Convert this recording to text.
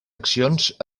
accions